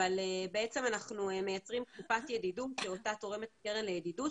אבל בעצם אנחנו מייצרים קופת ידידות שאותה תורמת קרן לידידות,